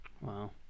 Wow